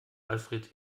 alfred